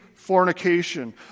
fornication